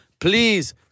Please